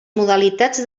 modalitats